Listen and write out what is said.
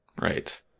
right